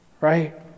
right